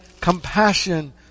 compassion